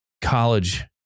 college